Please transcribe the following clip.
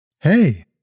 Hey